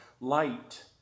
light